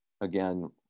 again